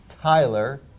Tyler